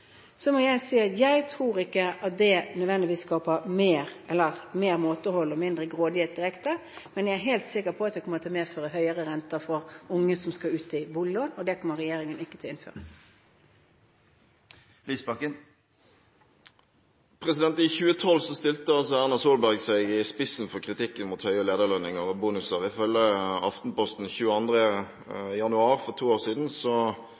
må jeg si at jeg tror ikke at det nødvendigvis skaper mer måtehold og mindre grådighet direkte. Men jeg er helt sikker på at det kommer til å medføre høyere rente for unge som skal ha boliglån, og det kommer regjeringen ikke til å innføre. I 2012 stilte Erna Solberg seg i spissen for kritikken mot høye lederlønninger og bonuser. Ifølge Aftenposten 22. januar for to år siden